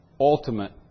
ultimate